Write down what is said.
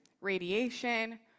radiation